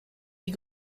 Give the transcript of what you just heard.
die